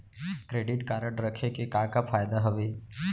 Credit card रखे के का का फायदा हवे?